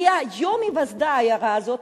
מיום היווסדה של העיירה הזו,